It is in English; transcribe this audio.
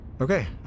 Okay